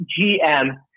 GM